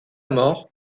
mort